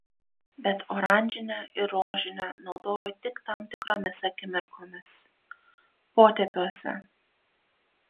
bet oranžinę ir rožinę naudoju tik tam tikromis akimirkomis potėpiuose